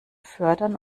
fördern